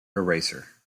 eraser